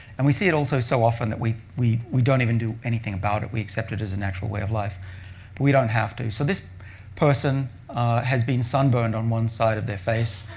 and we see it also so often that we we don't even do anything about it. we accept it as a natural way of life, but we don't have to. so this person has been sunburned on one side of their face,